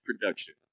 production